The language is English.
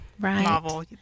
Right